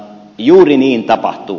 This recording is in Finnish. juuri niin tapahtuu